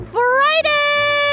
friday